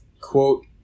quote